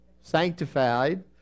sanctified